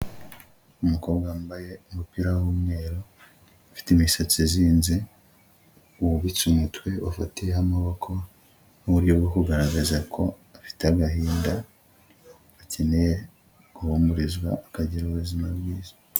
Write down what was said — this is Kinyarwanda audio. Umukobwa wambaye umupira w'umweru, ufite imisatsi izinze, wubitse umutwe ufatiyeho amaboko mu buryo bwo kugaragaza ko afite agahinda, akeneye guhumurizwa akagira ubuzima bwiza.